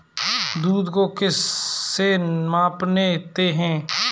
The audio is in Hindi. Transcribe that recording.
दूध को किस से मापते हैं?